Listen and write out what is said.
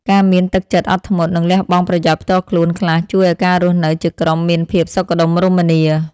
ការមានទឹកចិត្តអត់ធ្មត់ និងលះបង់ប្រយោជន៍ផ្ទាល់ខ្លួនខ្លះជួយឱ្យការរស់នៅជាក្រុមមានភាពសុខដុមរមនា។